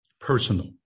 Personal